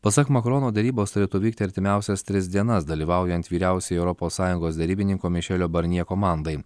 pasak makrono derybos turėtų vykti artimiausias tris dienas dalyvaujant vyriausiojo europos sąjungos derybininko mišelio barnjė komandai